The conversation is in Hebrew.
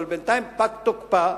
אבל בינתיים פג תוקפה